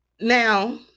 Now